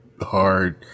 hard